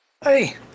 Hey